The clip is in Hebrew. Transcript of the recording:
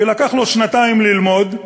כי לקח לו שנתיים ללמוד.